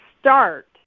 start